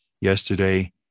yesterday